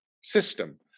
system